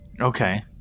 Okay